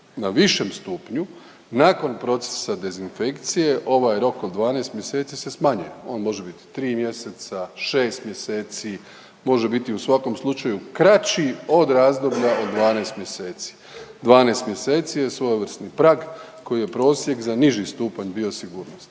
na višem stupnju nakon procesa dezinfekcije ovaj rok od 12 mjeseci se smanjuje. On može bit 3 mjeseca, 6 mjeseci, može biti u svakom slučaju kraći od razdoblja od 12 mjeseci. 12 mjeseci je svojevrsni prag koji je prosjek za niži stupanj biosigurnosti.